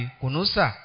kunusa